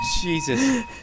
Jesus